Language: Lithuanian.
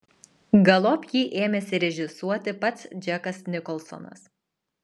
galop jį ėmėsi režisuoti pats džekas nikolsonas